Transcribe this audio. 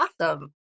Awesome